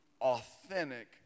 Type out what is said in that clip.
authentic